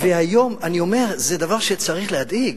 אני אומר, זה דבר שצריך להדאיג.